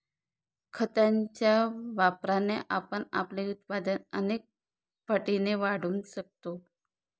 खताच्या वापराने आपण आपले उत्पादन अनेक पटींनी वाढवू शकतो